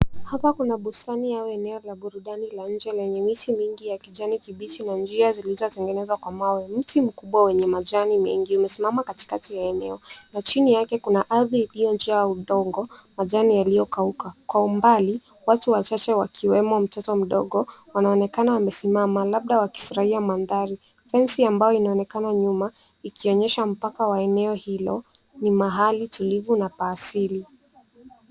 Hapa kuna bustani au eneo la burudani la nje lenye miti mingi ya kijani kibichi na njia zilizotengenezwa kwa mawe. Mti mkubwa wenye majani mengi umesimama katikati ya eneo na chini yake kuna ardhi iliyojaa udongo, majani yaliyokauka. Kwa umbali, watu wachache wakiwemo mtoto mdogo wanaonekana wamesimama labda wakifurahia mandhari. Fensi ambayo inaonekana nyuma ikionyesha mpaka wa eneo hilo ni mahali tulivu na pa asili.